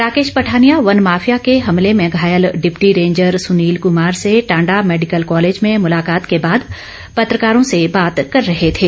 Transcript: राकेश पठानिया वन माफिया के हमले में घायल डिप्टी रेंजर सुनील कुमार से टांडा मैडिकल कॉलेज में मुलाकात के बाद पत्रकारों से बात कर रहे थे